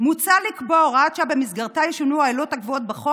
"מוצע לקבוע הוראת שעה שבמסגרתה ישונו העילות הקבועות בחוק